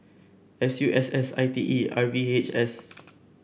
S U S S I T E and R V H S